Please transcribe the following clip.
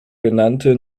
genannte